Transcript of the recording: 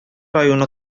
районы